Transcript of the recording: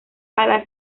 alas